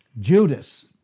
Judas